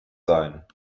sein